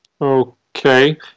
Okay